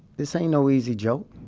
this ain't no easy joke.